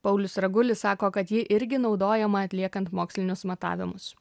paulius ragulis sako kad ji irgi naudojama atliekant mokslinius matavimus